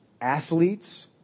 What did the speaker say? athletes